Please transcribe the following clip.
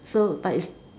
so like is